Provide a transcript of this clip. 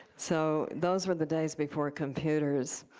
so those were the days before computers.